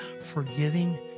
forgiving